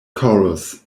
chorus